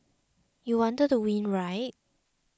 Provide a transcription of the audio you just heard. you wanted to win right